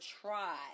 try